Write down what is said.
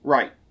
Right